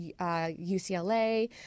ucla